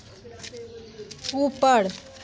ऊपर